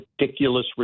ridiculous